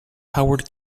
howard